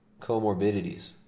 comorbidities